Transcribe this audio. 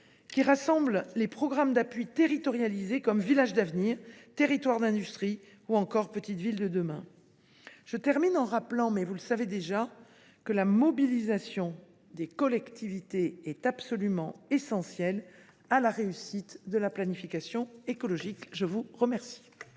qui rassemble les programmes d’appui territorialisés comme Villages d’avenir, Territoires d’industrie ou encore Petites Villes de demain. Je terminerai mon propos en rappelant, même si vous le savez déjà, que la mobilisation des collectivités est absolument essentielle à la réussite de la planification écologique. Nous allons